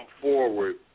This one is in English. forward